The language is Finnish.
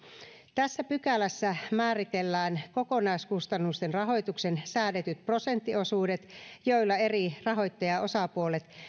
tässä pykälässä määritellään kokonaiskustannusten rahoituksen säädetyt prosenttiosuudet joilla eri rahoittajaosapuolet